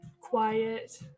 quiet